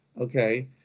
Okay